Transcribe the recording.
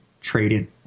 traded